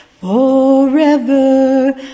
forever